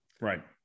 Right